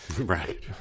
Right